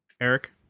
Eric